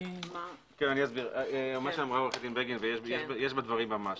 מה שאמרה עו"ד בגין, יש בהערה דברים ממש.